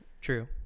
true